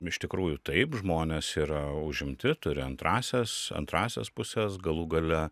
iš tikrųjų taip žmonės yra užimti turi antrąsias antrąsias puses galų gale